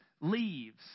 leaves